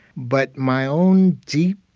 but my own deep,